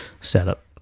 setup